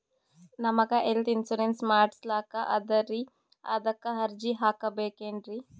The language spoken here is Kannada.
ನಮಗ ಹೆಲ್ತ್ ಇನ್ಸೂರೆನ್ಸ್ ಮಾಡಸ್ಲಾಕ ಅದರಿ ಅದಕ್ಕ ಅರ್ಜಿ ಹಾಕಬಕೇನ್ರಿ?